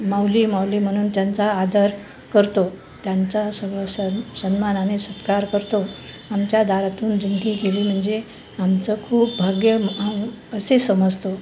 माऊली माऊली म्हणून त्यांचा आदर करतो त्यांचा स स सन्मानाने सत्कार करतो आमच्या दारातून दिंडी गेली म्हणजे आमचं खूप भाग्य असे समजतो